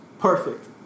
Perfect